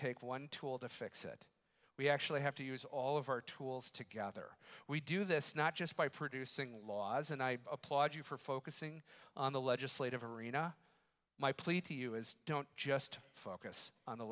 take one tool to fix it we actually have to use all of our tools to gather we do this not just by producing laws and i applaud you for focusing on the legislative arena my plea to you is don't just focus on the